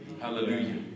Hallelujah